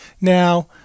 Now